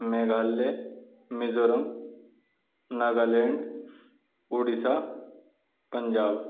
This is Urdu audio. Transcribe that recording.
میگھالیہ میزورم ناگا لینڈ اڑیسہ پنجاب